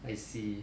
I see